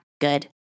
good